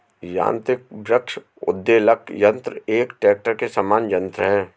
यान्त्रिक वृक्ष उद्वेलक यन्त्र एक ट्रेक्टर के समान यन्त्र है